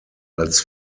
als